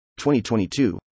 2022